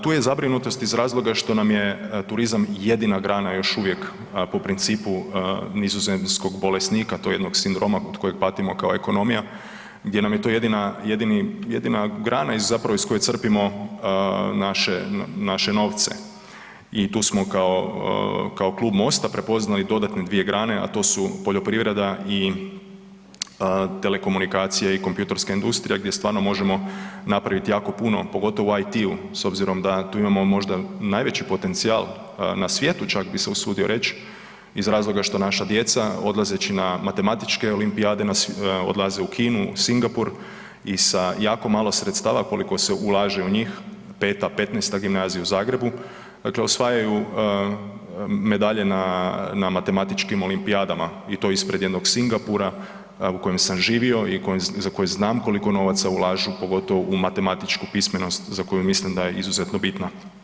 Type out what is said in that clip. Tu je zabrinutost iz razloga što nam je turizam jedina grana još uvijek po principu nizozemskog bolesnika, tog jedenog sindroma od kojeg patimo kao ekonomija gdje nam je to jedina grana iz koje crpimo naše novce i tu smo kao klub Mosta prepoznali dodatne dvije grane, a to su poljoprivreda i telekomunikacije i kompjutorska industrija gdje stvarno možemo napraviti jako puno u IT-u s obzirom da tu imao možda najveći potencijal na svijetu čak bi se usudio reć iz razloga što naša djeca odlazeći na matematičke olimpijade, odlaze u Kinu, Singapur i sa jako malo sredstava koliko se ulaže u njih 5., 15. gimnazija u Zagrebu osvajaju medalje na matematičkim olimpijadama i to ispred jednog Singapura u kojem sam živio i za koji znam koliko novaca ulažu, pogotovo u matematičku pismenost za koju mislim da je izuzetno bitna.